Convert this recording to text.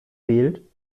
fehlt